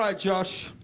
ah josh,